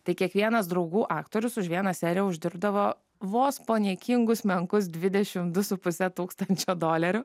tai kiekvienas draugų aktorius už vieną seriją uždirbdavo vos po niekingus menkus dvidešimt du su puse tūkstančio dolerių